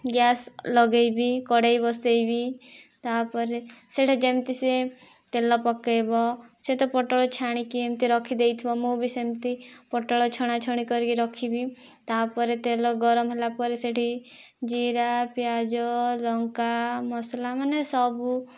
gas ଲଗେଇବି କଡେଇ ବସେଇବି ତାପରେ ସେଟା ଯେମିତି ସିଏ ତେଲ ପକେଇବ ସେ ତ ପୋଟଳ ଛାଣିକି ଏମିତି ରଖିଦେଇଥିବ ମୁଁ ବି ସେମିତି ପୋଟଳ ଛଣାଛଣି କରିକି ରଖିବି ତାପରେ ତେଲ ଗରମ ହେଲାପରେ ସେଠି ଜିରା ପିଆଜ ଲଙ୍କା ମସଲା ମାନେ ସବୁ